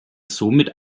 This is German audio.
somit